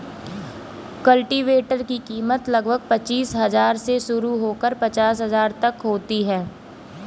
cultivator की कीमत लगभग पचीस हजार से शुरू होकर पचास हजार तक होती है